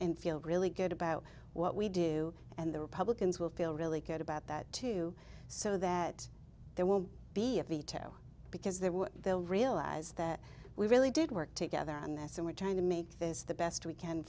and feel really good about what we do and the republicans will feel really good about that too so that there won't be a veto because they would they'll realize that we really did work together on this and we're trying to make this the best we can